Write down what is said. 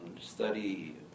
study